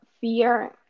fear